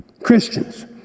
Christians